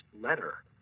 letter